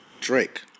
Drake